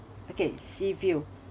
okay sea view